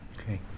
okay